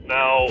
Now